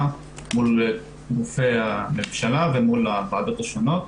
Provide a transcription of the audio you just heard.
מול גופי הממשלה ומול הוועדות השונות,